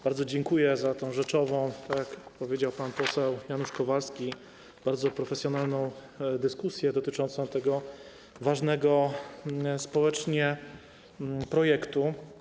Bardzo dziękuję za tę rzeczową, jak powiedział pan poseł Janusz Kowalski, bardzo profesjonalną dyskusję dotyczącą tego ważnego społecznie projektu.